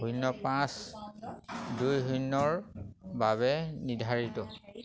শূন্য পাঁচ দুই শূন্যৰ বাবে নিৰ্ধাৰিত